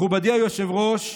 מכובדי היושב-ראש,